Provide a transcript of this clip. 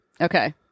Okay